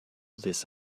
this